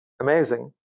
amazing